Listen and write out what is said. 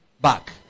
back